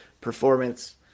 performance